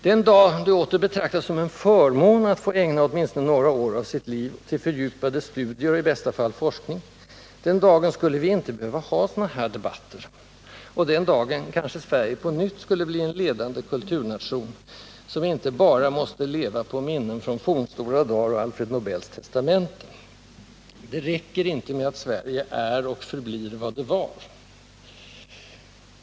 Den dag det åter betraktades som en förmån att få ägna åtminstone några år av sitt liv till fördjupade studier och i bästa fall forskning, den dagen skulle vi inte behöva ha sådana här debatter, och den dagen kanske Sverige på nytt skulle bli en ledande kulturnation, som inte bara måste leva på minnen från fornstora dar, och Alfred Nobels testamente. Det räcker inte med att Sverige ”är och förblir vad det var”.